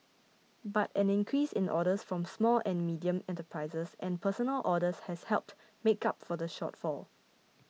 but an increase in orders from small and medium enterprises and personal orders has helped make up for the shortfall